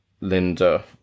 Linda